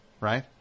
right